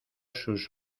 sus